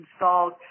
installed